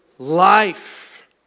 Life